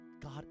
God